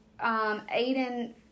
Aiden